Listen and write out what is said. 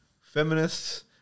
feminists